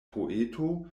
poeto